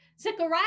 Zechariah